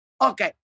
okay